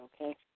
okay